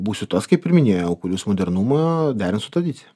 būsiu tas kaip ir minėjau kuris modernumą derins su tradicija